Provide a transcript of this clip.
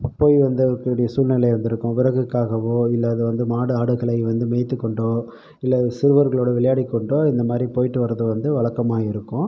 போய் வந்திருக்கக்கூடிய சூழ்நிலை வந்திருக்கும் விறகுக்காகவோ இல்லை அது வந்து மாடு ஆடுகளை வந்து மேய்த்துக் கொண்டோ இல்லை சிறுவர்களோடு விளையாடிக் கொண்டோ இந்த மாதிரி போய்ட்டு வர்றது வந்து வழக்கமாக இருக்கும்